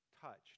touched